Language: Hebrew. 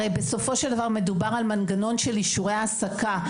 הרי בסופו של דבר מדובר על מנגנון של אישורי העסקה.